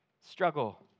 struggle